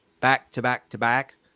back-to-back-to-back